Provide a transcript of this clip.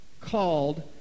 called